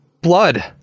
blood